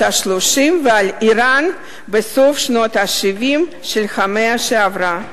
ה-30 ועל אירן בסוף שנות ה-70 של המאה שעברה.